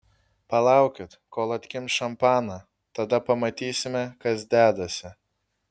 palaukit kol atkimš šampaną tada pamatysime kas dedasi